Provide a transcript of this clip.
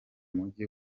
mujyi